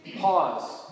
Pause